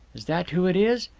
is that who it is?